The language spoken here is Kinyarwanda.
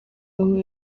aho